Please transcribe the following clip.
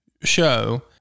show